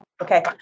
Okay